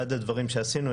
אחד הדברים שעשינו,